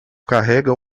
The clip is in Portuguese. carrega